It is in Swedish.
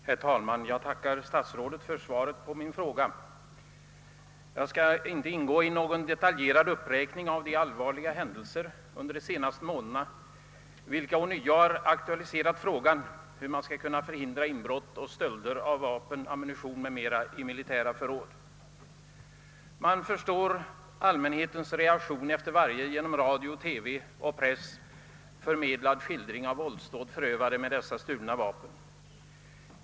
Herr talman! Jag tackar statsrådet för svaret på min fråga. Jag skall inte göra någon detaljerad uppräkning av de allvarliga händelser under de senaste månaderna, vilka ånyo har aktualiserat frågan om hur man skall kunna förhindra inbrott och stölder av vapen, ammunition m.m. i militära förråd. Man förstår emellertid allmänhetens reaktion efter varje genom radio, TV och press förmedlad skildring av våldsdåd, förövade med sådana stulna vapen.